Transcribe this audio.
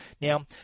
Now